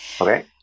Okay